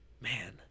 man